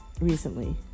recently